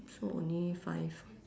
so only five